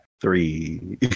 three